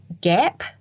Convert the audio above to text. gap